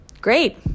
Great